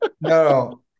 no